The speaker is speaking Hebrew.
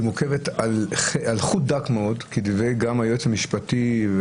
היא מוקמת על חוט דק מאוד, גם כדברי היועץ המשפטי.